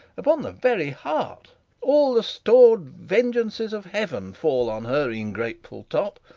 upon the very heart all the stor'd vengeances of heaven fall on her ingrateful top!